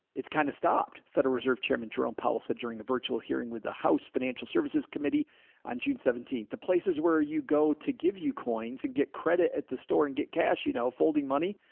it's kind of stopped federal reserve chairman jerome policy during a virtual hearing with the house financial services committee on june seventeenth to places where you go to give you coins and get credit at the store and get cash, you know, folding money.